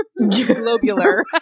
globular